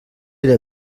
era